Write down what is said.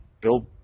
build